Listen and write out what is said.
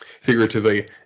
figuratively